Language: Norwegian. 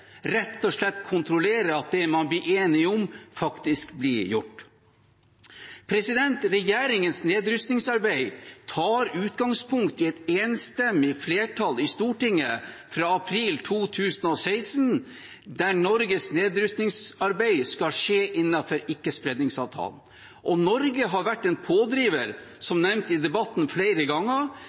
rett og slett kontrollere at det man blir enig om, faktisk blir gjort. Regjeringens nedrustningsarbeid tar utgangspunkt i et flertall i Stortinget fra april 2016, der Norges nedrustningsarbeid skal skje innenfor ikkespredningsavtalen. Norge har vært en pådriver, som nevnt i debatten flere ganger,